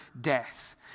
death